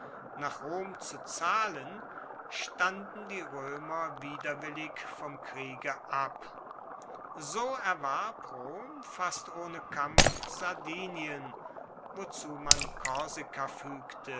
nach rom zu zahlen standen die roemer widerwillig vom kriege ab so erwarb rom fast ohne kampf sardinien wozu man